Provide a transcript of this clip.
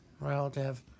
Relative